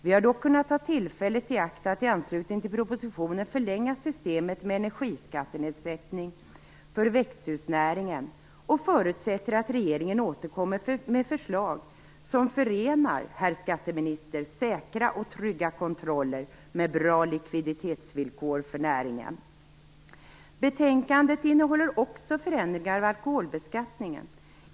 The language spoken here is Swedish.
Vi har dock kunnat ta tillfället i akt att i anslutning till propositionen förlänga systemet med energiskattenedsättning för växthusnäringen och förutsätter att regeringen återkommer med förslag som förenar herr skatteministerns säkra och trygga kontroller med bra likviditetsvillkor för näringen. Betänkandet innehåller också förslag till förändringar av alkoholbeskattningen.